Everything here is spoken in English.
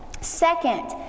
Second